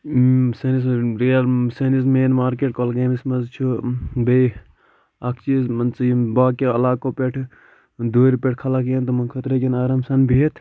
سٲنِس ریل سٲنِس مین مارکٮ۪ٹ کۄلگٲمِس منٛز چھُ بیٚیہ اکھ چیٖز مان ژٕ یِم باقِیو علاقو پٮ۪ٹھ دوٗرِ پٮ۪ٹھ خَلق یِن تِمن خٲطرٕ یِن آرام سان بِہِتھ